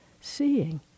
Seeing